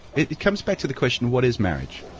it comes back to the question, what is marriage?